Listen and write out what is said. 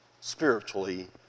spiritually